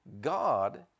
God